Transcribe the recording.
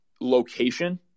location